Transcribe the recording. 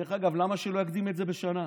דרך אגב, למה שלא יקדים את זה בשנה?